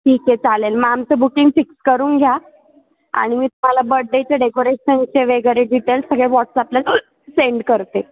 ठीक आहे चालेल मग आमचं बुकिंग फिक्स करून घ्या आणि मी तुम्हाला बड्डेचे डेकोरेशनचे वगैरे डिटेल्स सगळे व्हॉट्सअपला सेंड करते